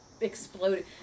Exploded